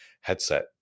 headset